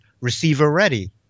receiver-ready